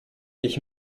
ich